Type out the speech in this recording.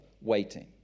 waiting